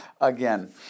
again